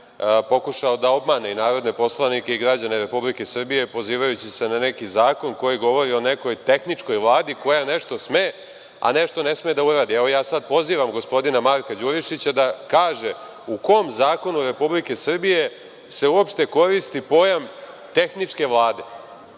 pokušao da obmane i narodne poslanike i građane Republike Srbije pozivajući se na neki zakon koji govori o nekoj tehničkoj Vladi koja nešto sme, a nešto ne sme da uradi. Evo, ja sada pozivam gospodina Marka Đurišića da kaže u kom zakonu Republike Srbije se uopšte koristi pojam tehničke Vlade?